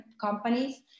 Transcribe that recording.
companies